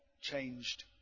changed